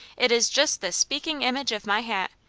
it is just the speaking image of my hat,